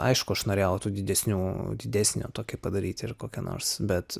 aišku aš norėjau tų didesnių didesnę tokią padaryt ir kokią nors bet